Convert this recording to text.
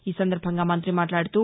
ఈ సందర్భంగా మంత్రి మాట్లాదుతూ